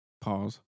Pause